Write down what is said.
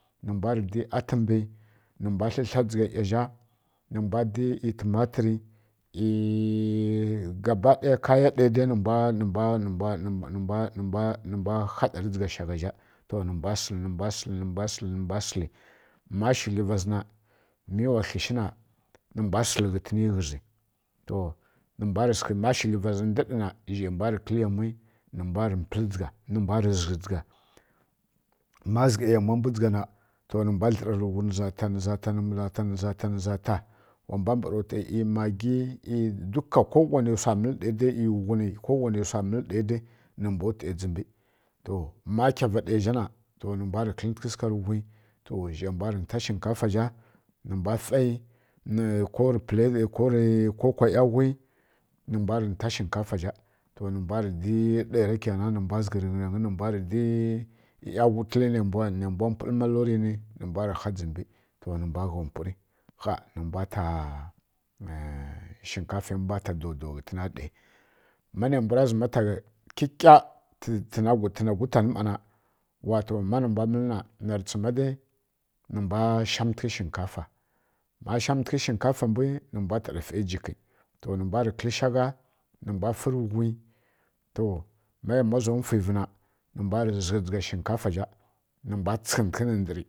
Nǝ mbwa rǝ didi atǝm mbi nǝ mbwarǝ tlǝtla dzǝgha nǝ mbw didi ˈyi tǝmatǝri nǝ mbwa tsǝmǝ kyikya kaya ɗayi dzǝgha shaghanyi to nǝmbwa sǝl nǝmbwa sǝl nǝmbwa sǝl nǝmbwa sǝl, ma sǝliva zǝ na mi wa kli shi na nlu mbwa sǝl ghǝni ghǝz ma shǝgli vazǝ daɓ na to nǝ mbwa rǝ kǝl yamwi nǝmbwa zǝghǝ dzǝgha ma zǝghao yamwangya mbwu dzǝghz na nǝza ta nǝza ta nǝza ta nǝza ta nǝza ta nǝza ta nǝza ta wa mbwa mbara wtai kowanai wsa mǝl ɗai ˈyi nghuni ˈyi magi kowanai wsi nǝ mbw wtai dzǝmbi to ma kyava ɗaya zha na to nǝ mbwa kǝlǝtǝghǝ sǝgha rǝ ghui to nǝ mbwa rǝ nta shinƙafa zha nǝ mbwa fai ko kwaˈyawghi nǝ mbwa rǝ ɗa ɗaya zha ghǝza nǝmbwa rǝ ɗ dzǝgha nǝ mbwa rǝ di ˈywhu wtwuli nǝi mbwa mpwur malori ni nǝ mbwa rǝ handzǝmbi nǝmbwarǝ gha mpwuri kha nǝ mbwa shinkafai mbwa ta daudau ghǝna ɗai ma nai mbwu ra zǝma ta kyikya ma na wato ma nǝ mbwa mǝl na narǝ tsǝma dai manǝ mbwa shamwǝntǝghǝ shinkafa ma shamwǝntǝghǝ shinkafa mbwi nǝmbwa ta ˈfai jikǝ to nǝ mbwarǝ kǝl shagha nǝmbwa rǝ ˈfai rǝ wghi to ma yamwa za mfwivǝ na nǝ mbwa rǝ zǝghǝ dzǝgha shinƙafazha nǝ mbwa tsǝghǝntǝghǝ nǝ ndǝr